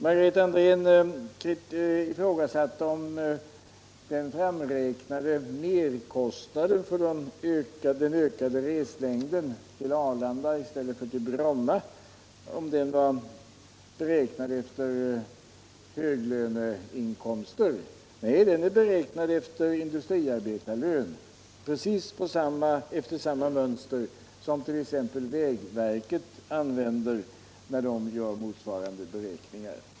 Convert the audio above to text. Margareta Andrén ifrågasatte om den framräknade merkostnaden för den ökade reslängden till Arlanda i stället för Bromma var beräknad efter höglöneinkomster. Nej, den är beräknad efter industriarbetarlön, 177 precis efter samma mönster som t.ex. vägverket använder när det gör motsvarande beräkningar.